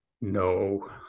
No